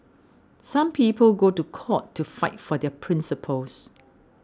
some people go to court to fight for their principles